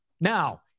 Now